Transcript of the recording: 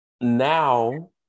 now